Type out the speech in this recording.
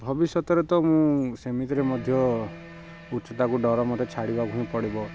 ଭବିଷ୍ୟତରେ ତ ମୁଁ ସେମିତିରେ ମଧ୍ୟ ଉଚ୍ଚତାକୁ ଡ଼ର ମୋତେ ଛାଡ଼ିବାକୁ ହିଁ ପଡ଼ିବ